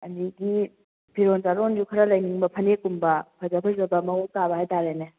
ꯑꯗꯒꯤ ꯐꯤꯔꯣꯟ ꯆꯥꯔꯣꯟꯁꯨ ꯈꯔ ꯂꯩꯅꯤꯡꯕ ꯐꯅꯦꯛꯀꯨꯝꯕ ꯐꯖ ꯐꯖꯕ ꯃꯑꯣꯡ ꯇꯥꯕ ꯍꯥꯏꯇꯥꯔꯦꯅꯦ